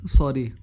sorry